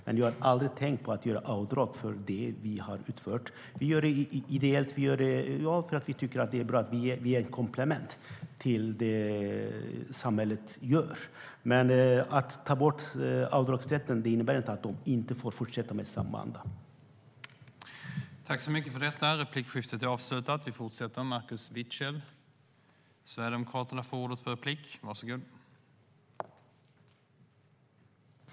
Jag har dock aldrig tänkt på att göra avdrag för det vi har utfört. Vi gör det ideellt och för att vi tycker att det är bra. Vi är ett komplement till det samhället gör. Att vi tar bort avdragsrätten innebär som sagt inte att de inte får fortsätta i samma anda.